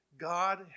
God